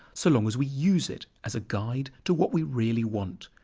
so long as we use it as a guide to what we really want.